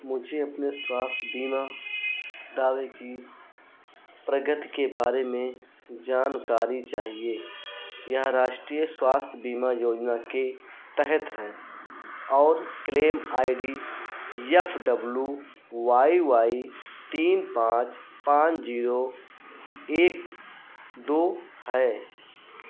मुझे अपने स्वास्थ्य बीमा दावे की प्रगति के बारे में जानकारी चाहिए यह राष्ट्रीय स्वास्थ्य बीमा योजना के तहत है और claim I D F W Y Y तीन पाँच पाँच जीरो एक दो है